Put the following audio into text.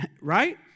Right